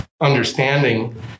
understanding